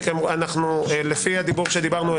לפי הדיבור שדיברנו,